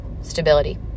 Stability